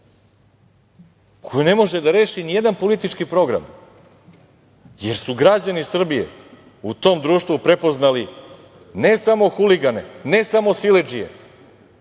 koji ne može da reši ni jedan politički program, jer su građani Srbije u tom društvu prepoznali ne samo huligane, ne samo siledžije,